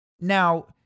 Now